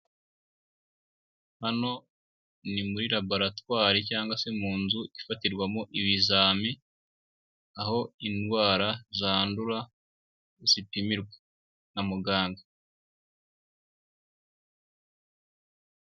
Hano ni muri laboratwari cyangwa se mu nzu ifatirwamo ibizami aho indwara zandura zipimirwa na muganga.